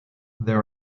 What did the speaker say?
there